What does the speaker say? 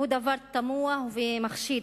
היא דבר תמוה ומחשיד,